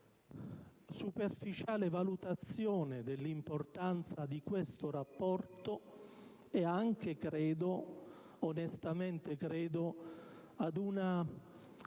una superficiale valutazione dell'importanza di questo rapporto e anche, credo onestamente, ad una